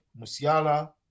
Musiala